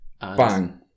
Bang